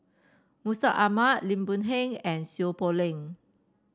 Mustaq Ahmad Lim Boon Heng and Seow Poh Leng